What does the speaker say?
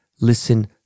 Listen